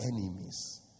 enemies